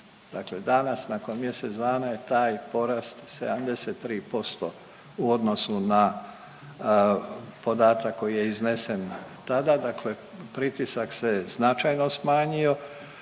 Dakle danas nakon mjesec dana je taj porast 73% u odnosu na podatak koji je iznesen tada, dakle pritisak se značajno smanjio,